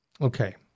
Okay